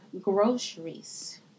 groceries